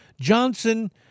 Johnson